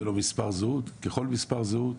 יהיה לו מספר זהות, ככל מספר זהות.